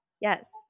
Yes